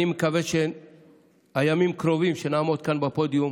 אני מקווה שהימים שבהם נעמוד כאן על הפודיום